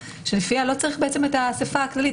שלפיה לא צריך בעצם את האסיפה הכללית,